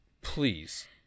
please